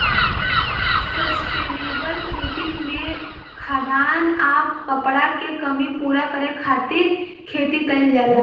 sustainable खेती में खाद्यान आ कपड़ा के कमी पूरा करे खातिर खेती कईल जाला